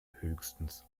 höchstens